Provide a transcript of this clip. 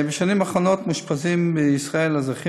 בשנים האחרונות מתאשפזים בישראל אזרחים